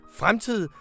fremtid